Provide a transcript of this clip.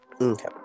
Okay